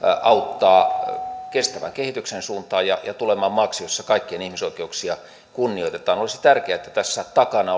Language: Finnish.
auttaa kestävän kehityksen suuntaan ja ja tulemaan maaksi jossa kaikkien ihmisoikeuksia kunnioitetaan olisi tärkeätä että tässä takana